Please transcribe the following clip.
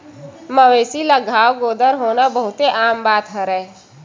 मवेशी ल घांव गोदर होना बहुते आम बात हरय